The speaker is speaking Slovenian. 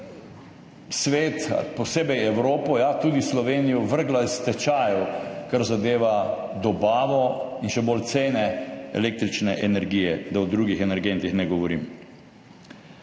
svet, posebej Evropo, ja, tudi Slovenijo vrgla iz tečajev, kar zadeva dobavo in še bolj cene električne energije, da o drugih energentih ne govorim.